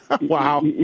Wow